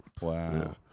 Wow